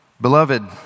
Beloved